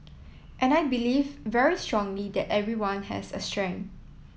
and I believe very strongly that everyone has a strength